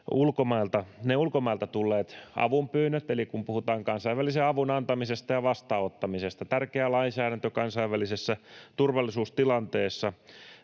ne ulkomailta tulleet avunpyynnöt, kun puhutaan kansainvälisen avun antamisesta ja vastaanottamisesta, tärkeä lainsäädäntö kansainvälisessä turvallisuustilanteessa.